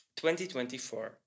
2024